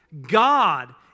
God